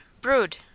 Brood